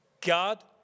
God